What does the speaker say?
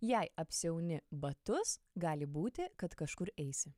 jei apsiauni batus gali būti kad kažkur eisi